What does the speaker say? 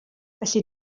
felly